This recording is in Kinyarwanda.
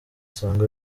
asanga